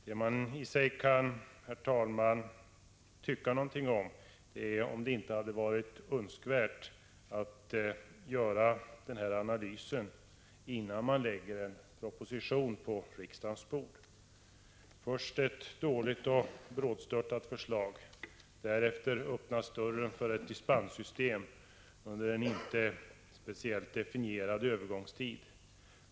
Vad man i och för sig, herr talman, kan tycka någonting om är om det inte hade varit önskvärt att göra denna analys, innan man lägger en proposition på riksdagens bord. Först kommer ett dåligt och brådstörtat förslag. Därefter öppnas dörren för ett dispenssystem under en inte speciellt definierad övergångstid.